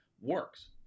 works